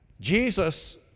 Jesus